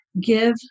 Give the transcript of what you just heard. give